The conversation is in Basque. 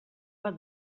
bat